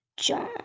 John